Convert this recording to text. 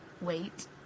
wait